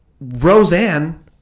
Roseanne